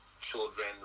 children